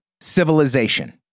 civilization